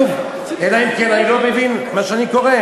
כתוב, אלא אם כן אני לא מבין את מה שאני קורא.